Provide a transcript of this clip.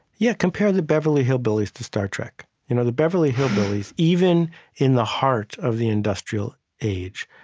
yeah, compare the beverly hillbillies to star trek. you know the beverly hillbillies, even in the heart of the industrial age,